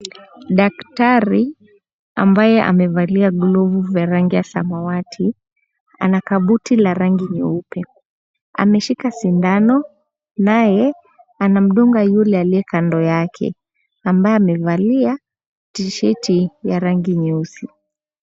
Daktari ambaye amevalia glovu za rangi ya samawati ana kabuti la rangi nyeupe. Ameshija shindano naye anamdunga yule aliye kando yake ambaye amevalia tisheti ya rangi nyeusi.